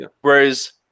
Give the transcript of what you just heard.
Whereas